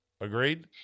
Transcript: Agreed